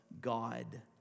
God